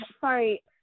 sorry